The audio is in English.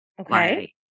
Okay